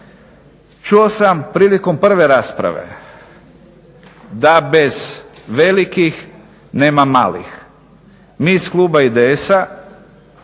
Čuo sam prilikom prve rasprave da bez velikih nema malih. Mi iz kluba IDS-a